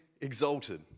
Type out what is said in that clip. exalted